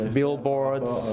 billboards